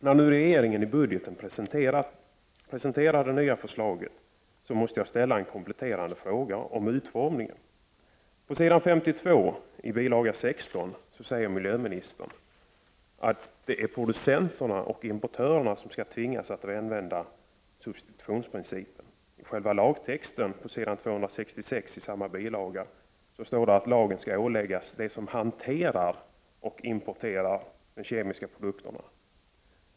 När nu regeringen i budgeten presenterar det nya förslaget måste jag få ställa en kompletterande fråga om utformningen. På s. 52 i bil. 16 säger miljöministern att det är producenterna och importörerna som skall tvingas att använda substitutionsprincipen. I själva lagtexten på s. 266 i samma bilaga står det att lagen skall åläggas dem som hanterar och importerar de kemiska produkterna.